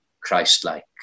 Christ-like